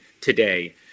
today